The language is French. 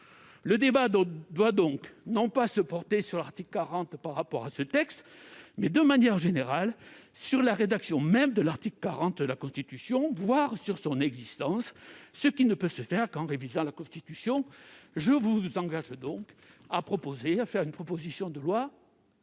Le débat doit donc porter non pas sur l'application de l'article 40 par rapport à ce texte, mais, de manière générale, sur la rédaction même de l'article 40 de la Constitution, voire sur son existence, ce qui ne peut se faire qu'en révisant la Constitution. Je vous engage donc, madame la sénatrice, à déposer une proposition de loi